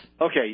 Okay